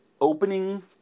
opening